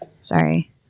Sorry